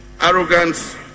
arrogance